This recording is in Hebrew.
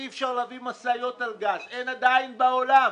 אי אפשר להביא משאיות על גז ואין עדיין בעולם.